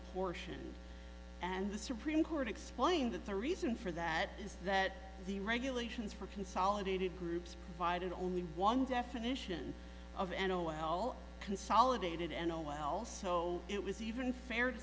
apportioned and the supreme court explained that the reason for that is that the regulations for consolidated groups provided only one definition of n o l consolidated and oh well so it was even fair to